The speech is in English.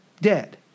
dead